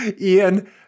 Ian